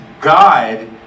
God